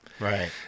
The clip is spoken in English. Right